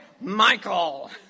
Michael